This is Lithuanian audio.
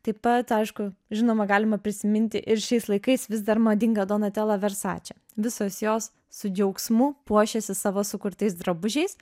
taip pat aišku žinoma galima prisiminti ir šiais laikais vis dar madingą donatelą versače visos jos su džiaugsmu puošiasi savo sukurtais drabužiais